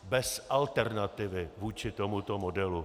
Bez alternativy vůči tomuto modelu.